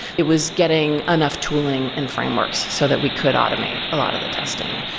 it was getting enough tooling and frameworks, so that we could automate a lot of the testing.